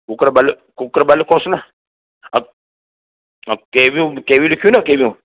cooker भले कूकर ॿ लिखोस न अ अ केवियूं केवियूं लिखियूं न केवियूं